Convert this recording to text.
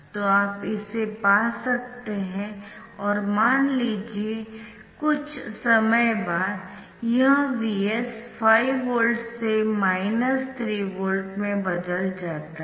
तो आप इसे पा सकते है और मान लीजिए कुछ समय बाद यह Vs 5 वोल्ट से माइनस 3 वोल्ट में बदल जाता है